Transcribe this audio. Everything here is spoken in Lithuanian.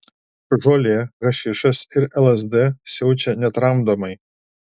žolė hašišas ir lsd siaučia netramdomai